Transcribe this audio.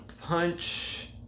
Punch